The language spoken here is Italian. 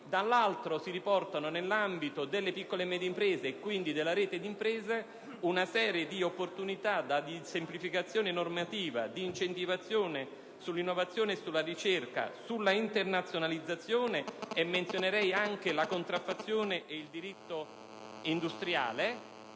dall'altro, si riporta nell'ambito delle piccole e medie imprese, e quindi della rete di impresa, una serie di opportunità, derivanti dalla semplificazione normativa, di incentivazione per l'innovazione e la ricerca, per l'internazionalizzazione, e menzionerei anche la lotta alla contraffazione e il diritto industriale.